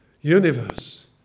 universe